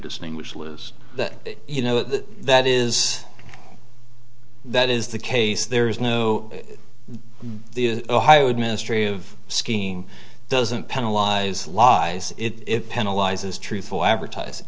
distinguish was that you know that that is that is the case there is no the ohio administrative scheme doesn't penalize lies it penalizes truthful advertis